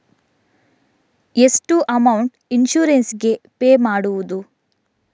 ಎಷ್ಟು amount insurance ಗೇ pay ಮಾಡುವುದು?